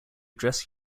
dress